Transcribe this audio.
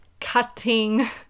cutting